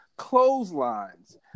Clotheslines